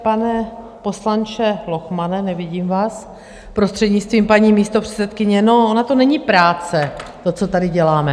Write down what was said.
Pane poslanče Lochmane, nevidím vás, prostřednictvím paní místopředsedkyně, no, ona to není práce, to, co tady děláme.